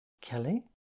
Kelly